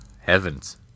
heavens